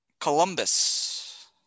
Columbus